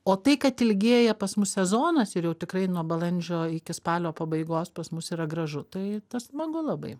o tai kad ilgėja pas mus sezonas ir jau tikrai nuo balandžio iki spalio pabaigos pas mus yra gražu tai tas smagu labai